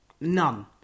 none